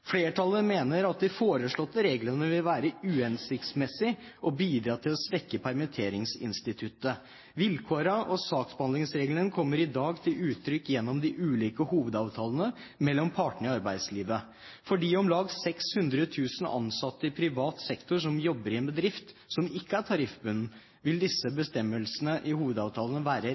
Flertallet mener at de foreslåtte reglene vil være uhensiktsmessige og bidra til å svekke permitteringsinstituttet. Vilkårene og saksbehandlingsreglene kommer i dag til uttrykk gjennom de ulike hovedavtalene mellom partene i arbeidslivet. For de om lag 600 000 ansatte i privat sektor som jobber i en bedrift som ikke er tariffbundet, vil disse bestemmelsene i hovedavtalene være